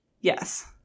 Yes